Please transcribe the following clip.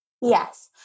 Yes